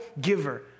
giver